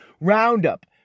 Roundup